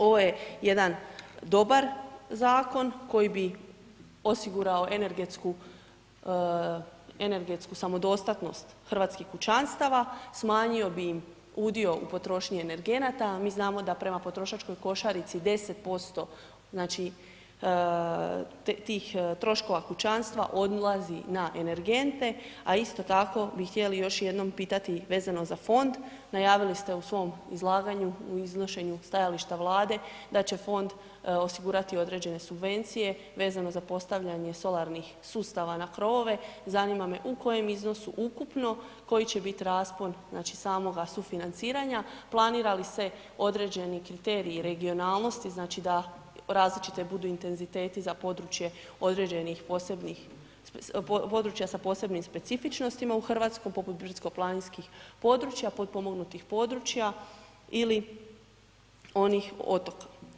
Ovo je jedan dobar zakon koji bi osigurao energetsku samodostatnost hrvatskih kućanstva, smanjio bi im udio u potrošnji energenata a mi znamo da prema potrošačkoj košarici 10% tih troškova kućanstva odlazi na energente a isto tako bi htjeli još jednom pitati vezano za fond, javili ste u svom izlaganju, u iznošenju stajališta Vlade, da će fond osigurati određene subvencije vezano za postavljanje solarnih sustava na krovove, zanima me u kojem iznosu ukupno, koji će biti raspon samoga sufinanciranja, planira li se određeni kriteriji regionalnosti znači da različite budu regionalnosti, znači da različiti budu intenziteti za područja sa posebnim specifičnostima u Hrvatskoj, poput brdsko-planinskih područja, potpomognutih područja ili onih otoka.